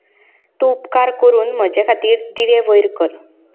तूं उपकार करून म्हजे खातीर दिवे वयर कर